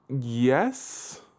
Yes